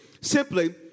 Simply